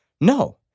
No